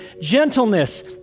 gentleness